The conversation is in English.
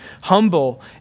humble